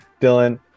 Dylan